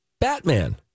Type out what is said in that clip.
Batman